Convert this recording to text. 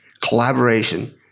collaboration